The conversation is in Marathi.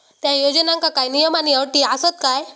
त्या योजनांका काय नियम आणि अटी आसत काय?